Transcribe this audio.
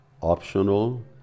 optional